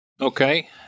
Okay